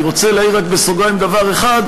אני רוצה רק להעיר בסוגריים דבר אחד,